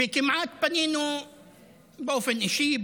וכמעט פנינו באופן אישי,